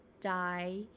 die